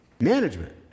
Management